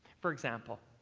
for example,